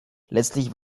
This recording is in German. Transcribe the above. letztlich